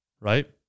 right